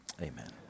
amen